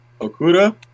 Okuda